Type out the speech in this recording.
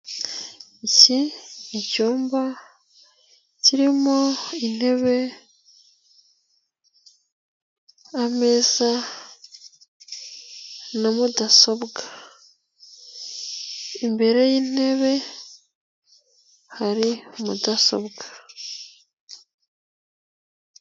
Iki ni icyumba kirimo intebe, ameza na mudasobwa, imbere y'intebe hari mudasobwa.